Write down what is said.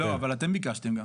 לא, אבל אתם ביקשתם גם.